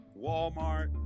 Walmart